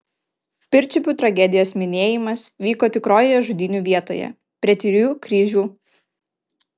pirčiupių tragedijos minėjimas vyko tikrojoje žudynių vietoje prie trijų kryžių